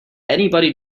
anybody